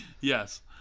Yes